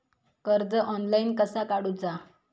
कर्ज ऑनलाइन कसा काडूचा?